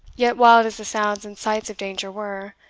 yet, wild as the sounds and sights of danger were,